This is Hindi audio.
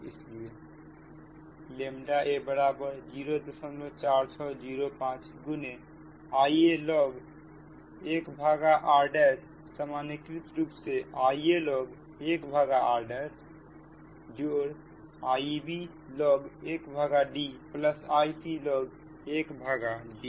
इसलिए ʎ a 04605 गुने Ialog1r'सामान्यीकृत रूप से Ialog1r'Iblog1DIclog1D